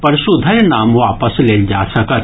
परसू धरि नाम वापस लेल जा सकत